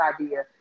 idea